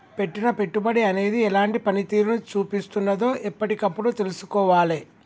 పెట్టిన పెట్టుబడి అనేది ఎలాంటి పనితీరును చూపిస్తున్నదో ఎప్పటికప్పుడు తెల్సుకోవాలే